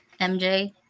MJ